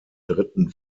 dritten